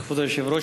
כבוד היושב-ראש,